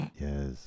Yes